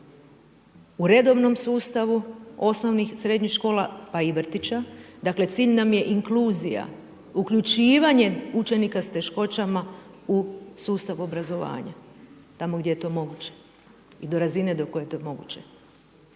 u redovnom sustavu osnovnih i srednjih škola, pa i vrtića. Dakle, cilj nam je inkluzija, uključivanje učenika s teškoćama u sustav obrazovanja, tamo gdje je to moguće i do razine do koje je to moguće.